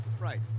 Right